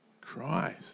Christ